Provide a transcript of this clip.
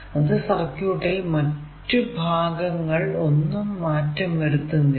അത് സർക്യൂട്ടിൽ മറ്റു ഭാഗങ്ങൾ ഒന്നും മാറ്റം വരുത്തുന്നില്ല